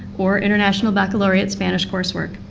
or international baccalaureate spanish coursework.